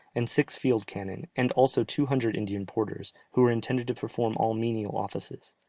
and six field cannon, and also two hundred indian porters, who were intended to perform all menial offices.